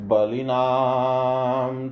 Balinam